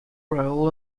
role